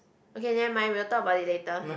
okay nevermind we will talk about it later